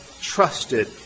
trusted